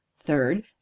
third